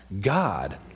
God